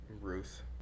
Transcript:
Ruth